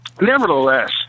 nevertheless